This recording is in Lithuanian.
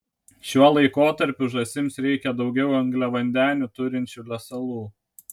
šiuo laikotarpiu žąsims reikia daugiau angliavandenių turinčių lesalų